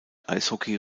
eishockey